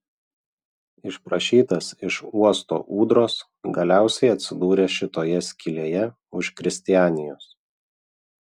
išprašytas iš uosto ūdros galiausiai atsidūrė šitoje skylėje už kristianijos